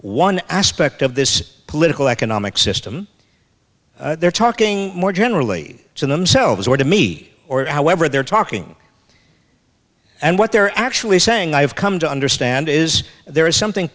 one aspect of this political economic system they're talking more generally to themselves or to me or however they're talking and what they're actually saying i've come to understand is there is something